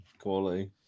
Quality